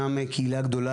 קהילה גדולה,